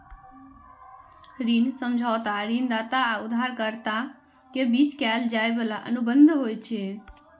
ऋण समझौता ऋणदाता आ उधारकर्ता के बीच कैल जाइ बला अनुबंध होइ छै